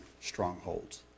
strongholds